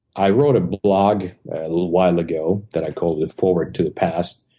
i wrote a blog a little while ago that i call the forward to the past.